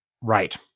Right